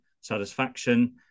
satisfaction